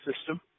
system